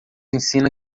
ensina